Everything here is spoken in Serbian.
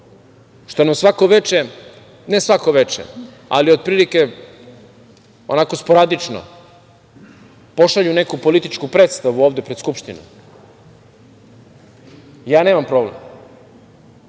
što nam svako veče, ne svako veče, ali otprilike onako sporadično pošalju neku političku predstavu ovde pred Skupštinu, ja nemam problem.